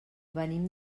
venim